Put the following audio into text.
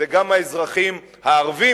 זה גם האזרחים הערבים,